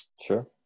Sure